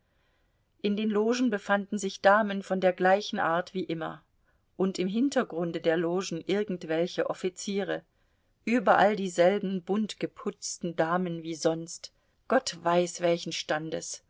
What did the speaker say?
in den logen befanden sich damen von der gleichen art wie immer und im hintergrunde der logen irgendwelche offiziere überall dieselben buntgeputzten damen wie sonst gott weiß welchen standes